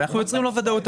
אנחנו יוצרים לו ודאות.